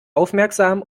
aufmerksam